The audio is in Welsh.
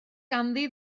ganddi